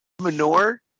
Manure